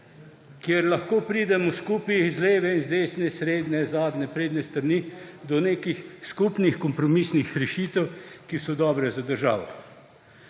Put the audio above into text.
kjer lahko pridemo skupaj z leve, z desne, srednje, zadnje, prednje strani do nekih skupnih kompromisnih rešitev, ki so dobre za državo.